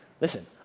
Listen